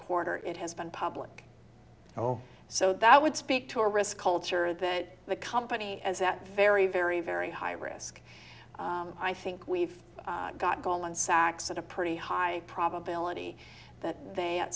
quarter it has been public oh so that would speak to a risk culture that the company as that very very very high risk i think we've got goldman sachs at a pretty high probability that they at